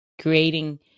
Creating